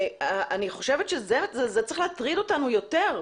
אני חושבת שזה צריך להטריד אותנו יותר,